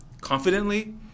confidently